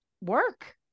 work